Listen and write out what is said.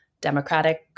Democratic